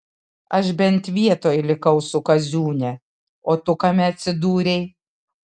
aš bent vietoj likau su kaziūne o tu kame atsidūrei